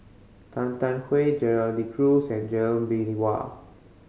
Tan Tarn Gerald De Cruz and Lee Bee Wah